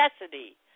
necessity